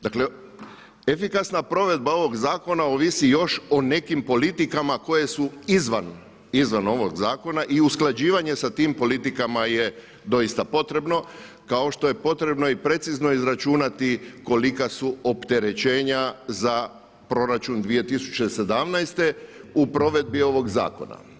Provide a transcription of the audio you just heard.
Dakle efikasna provedba ovog zakona ovisi još o nekim politikama koje su izvan ovog zakona i usklađivanje sa tim politikama je doista potrebno kao što je potrebno i precizno izračunati kolika su opterećenja za proračun 2017. u provedbi ovog zakona.